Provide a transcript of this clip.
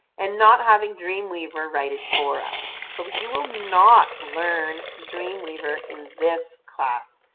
and not having dreamweaver write it for us. so you will not learn dreamweaver in this class.